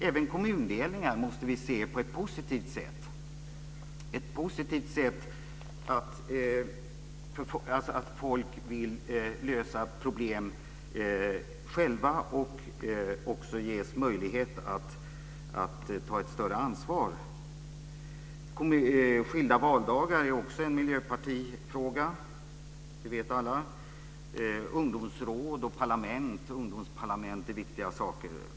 Även kommundelningar måste vi se positivt på som ett positivt sätt att själva lösa problem och att ge möjlighet till ett större ansvar. Också skilda valdagar är, som alla vet, en miljöpartifråga. Ungdomsråd och ungdomsparlament är viktiga inslag.